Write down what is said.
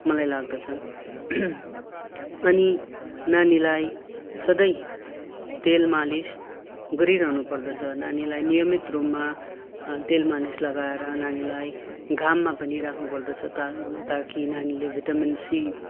मलाई लाग्दछ अनि नानीलाई सधैँ तेल मालिस गरिरहनु पर्दछ नानीलाई नियमित रूपमा तेल मालिस लगाएर नानीलाई घाममा पनि राख्नु पर्दछ ताकि नानीले भिटामिन सी